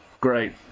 Great